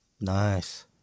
Nice